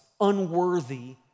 unworthy